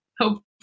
hope